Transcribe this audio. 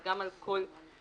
זה גם על כל --- לא,